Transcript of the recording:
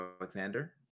alexander